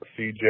cj